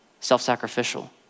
self-sacrificial